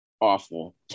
awful